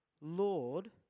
Lord